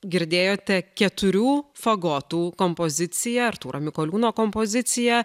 girdėjote keturių fagotų kompoziciją artūro mikoliūno kompoziciją